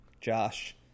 Josh